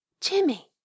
Jimmy